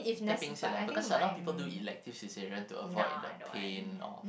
that being said like because a lot of people do elective caesarean to avoid the pain or